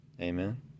Amen